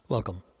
Welcome